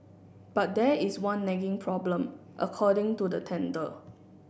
but there is one nagging problem according to the tender